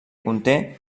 conté